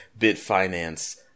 Bitfinance